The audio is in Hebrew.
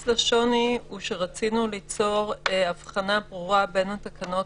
רצינו ליצור הבחנה ברורה בין התקנות